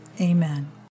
Amen